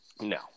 No